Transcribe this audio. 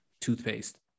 toothpaste